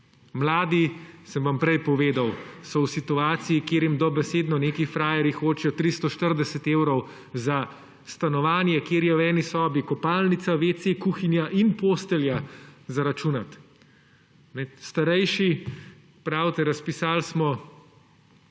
Mladi, sem vam prej povedal, so v situaciji, kjer jim dobesedno neki frajerji hočejo zaračunati 340 evrov za stanovanje, kjer je v eni sobi kopalnica, WC, kuhinja in postelja. Starejši pravite, razpisali smo,